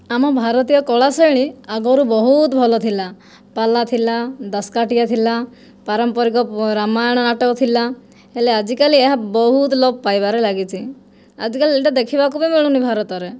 ଆମ ଭାରତୀୟ କଳାଶୈଳୀ ଆଗରୁ ବହୁତ ଭଲଥିଲା ପାଲା ଥିଲା ଦାସକାଟିଆ ଥିଲା ପାରମ୍ପରିକ ପ ରାମାୟଣ ନାଟକ ଥିଲା ହେଲେ ଆଜି କାଲି ଏହା ବହୁତ ଲୋପ ପାଇବାରେ ଲାଗିଛି ଆଜିକାଲି ଏଇଟା ଦେଖିବାକୁ ବି ମିଳୁନି ଭାରତରେ